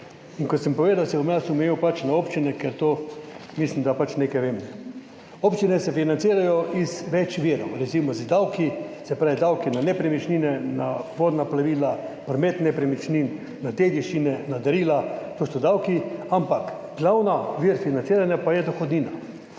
In kot sem povedal, se bom jaz omejil pač na občine, ker mislim, da pač o tem nekaj vem. Občine se financirajo iz več virov, recimo z davki. Se pravi davki na nepremičnine, na vodna plovila, promet nepremičnin, na dediščine, na darila – to so davki. Ampak glavni vir financiranja pa je dohodnina.